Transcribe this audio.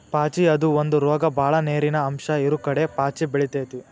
ಪಾಚಿ ಅದು ಒಂದ ರೋಗ ಬಾಳ ನೇರಿನ ಅಂಶ ಇರುಕಡೆ ಪಾಚಿ ಬೆಳಿತೆತಿ